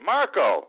Marco